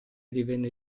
divenne